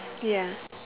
ya